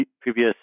previous